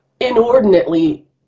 inordinately